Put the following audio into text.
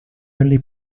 only